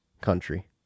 country